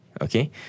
Okay